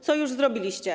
Co już zrobiliście?